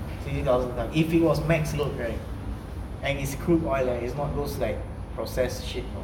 fifty thousand tonnes and if it was max load right and it's crude oil is not like those like process shit